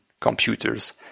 computers